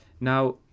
Now